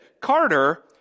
Carter